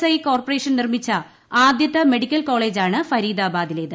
I corporation നിർമ്മിച്ച ആദ്യത്തെ medical കോളേജാണ് ഫരീദാബാദിലേത്